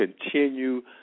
continue